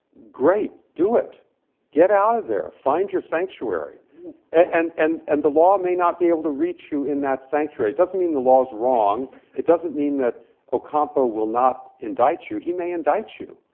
great, do it get out of there find your sanctuary and and and the law may not be able to reach you in that sanctuary. it doesn't mean the law's wrong it doesn't mean that ocampo will not indict you. he may indict you.